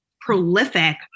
prolific